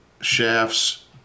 shafts